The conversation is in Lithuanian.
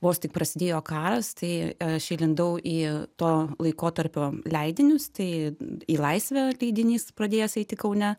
vos tik prasidėjo karas tai aš įlindau į to laikotarpio leidinius tai į laisvę leidinys pradėjęs eiti kaune